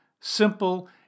simple